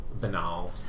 banal